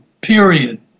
period